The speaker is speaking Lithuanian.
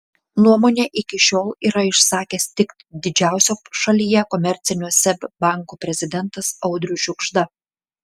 nuomonę iki šiol yra išsakęs tik didžiausio šalyje komercinio seb banko prezidentas audrius žiugžda